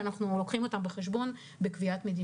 ואנחנו לוקחים אותן בחשבון בקביעת מדיניות.